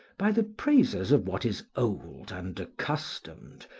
by the praisers of what is old and accustomed,